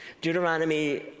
Deuteronomy